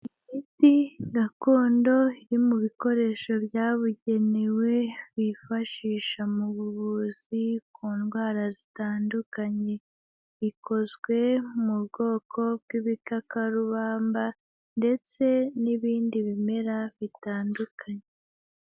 Imiti gakondo iri mu bikoresho byabugenewe bifashisha mu buvuzi ku ndwara zitandukanye; ikozwe mu bwoko bw'ibikakarubamba ndetse n'ibindi bimera bitandukanye.